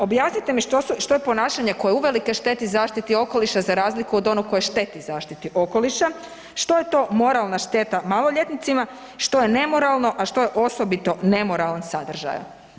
Objasnite mi što je ponašanje koje uvelike šteti zaštiti okoliša za razliku od onog koje šteti zaštiti okoliša, što je to moralna šteta maloljetnicima, što je nemoralno, a što je osobito nemoralan sadržaj?